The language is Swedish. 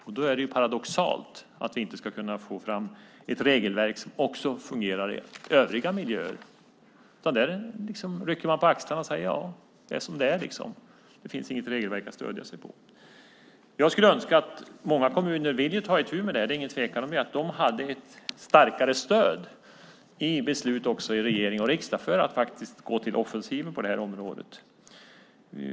Det är paradoxalt om vi inte skulle kunna få fram ett regelverk som fungerar också i övriga miljöer. Där bara rycker man på axlarna och säger att det är som det är. Det finns inget regelverk att stödja sig på. Många kommuner vill ta itu med detta. Jag skulle önska att de hade ett starkare stöd i beslut i regering och riksdag för att gå till offensiven på det här området.